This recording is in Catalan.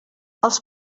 els